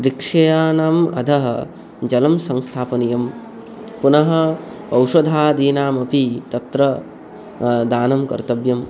वृक्षाणाम् अधः जलं संस्थापनीयं पुनः औषधादीनामपि तत्र दानं कर्तव्यम्